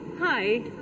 Hi